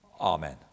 Amen